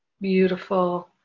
beautiful